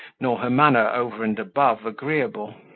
nor her manner over and above agreeable.